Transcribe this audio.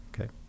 okay